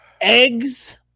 Eggs